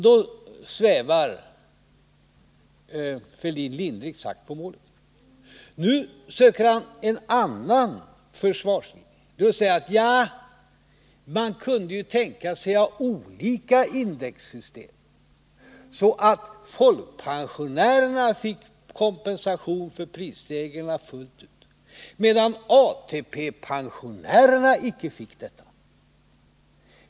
Då svävar Thorbjörn Fälldin lindrigt sagt på målet. Han söker en annan försvarslinje och säger: Ja, man kunde ju tänka sig att ha olika indexsystem, så att folkpensionärerna fick kompensation för prisstegringarna fullt ut, medan ATP-pensionärerna icke fick detta.